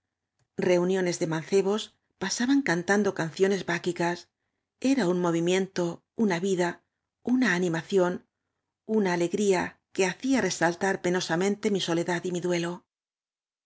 reuniones de mancebos pasaban cantando canciones báquicas era un movimien to una vida una animación una alegría que ha cían resaltar penosamente mi soledad y m i duelo